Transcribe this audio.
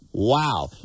Wow